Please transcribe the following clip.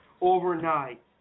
overnight